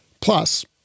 Plus